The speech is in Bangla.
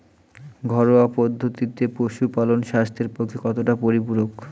ঘরোয়া পদ্ধতিতে পশুপালন স্বাস্থ্যের পক্ষে কতটা পরিপূরক?